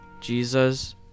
Jesus